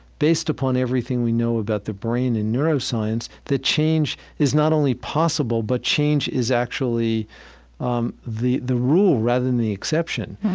based upon everything we know about the brain in neuroscience, that change is not only possible, but change is actually um actually the rule rather than the exception.